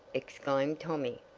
exclaimed tommy.